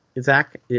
Zach